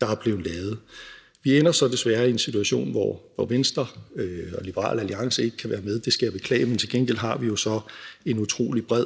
der er blevet lavet. Vi ender så desværre i en situation, hvor Venstre og Liberal Alliance ikke kan være med. Det skal jeg beklage. Men til gengæld har vi jo så en utrolig bred